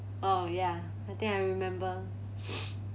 oh ya I think I remember